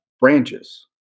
branches